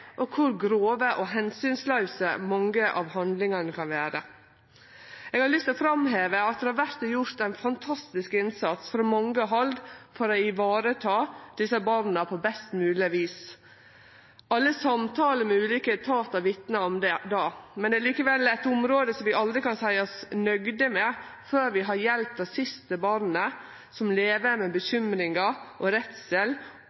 og kor grove og omsynslause mange av handlingane kan vere. Eg har lyst til å framheve at det vert gjort ein fantastisk innsats frå mange hald for å vareta desse barna på best mogleg vis. Alle samtalar med ulike etatar vitnar om det, men det er likevel eit område som vi aldri kan seie oss nøgde med før vi har hjelpt det siste barnet som lever med